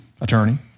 attorney